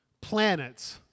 planets